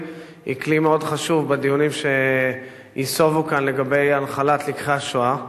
הוא מאוד חשוב בדיונים שייסובו כאן על הנחלת לקחי השואה.